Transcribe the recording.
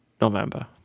November